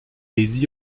les